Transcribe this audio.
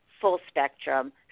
full-spectrum